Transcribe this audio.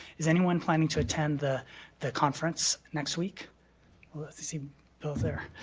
is anyone planning to attend the the conference next week? well, that's the same bill there.